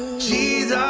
jesus,